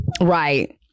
right